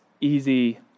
easy